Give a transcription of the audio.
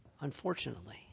unfortunately